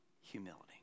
Humility